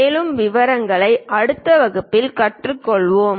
மேலும் விவரங்களை அடுத்த வகுப்பில் கற்றுக்கொள்வோம்